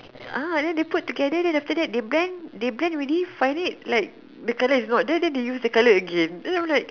uh then they put together then after that they blend they blend already find it like the colour is not there then they use the colour again then I'm like